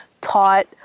taught